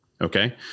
Okay